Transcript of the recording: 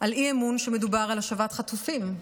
על אי-אמון שמדבר על השבת חטופים.